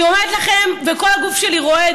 אני אומרת לכם, כל הגוף שלי רועד.